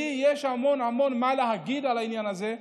לי יש המון המון מה להגיד על העניין הזה.